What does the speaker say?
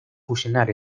fusionar